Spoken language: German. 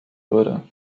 würde